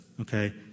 okay